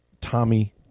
Tommy